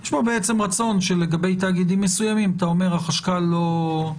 יש פה בעצם רצון שלגבי תאגידים מסוימים אתה אומר שהחשב לא.